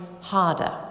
harder